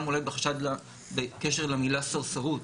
גם בחשד בקשר למילה סרסרות,